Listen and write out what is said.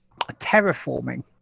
terraforming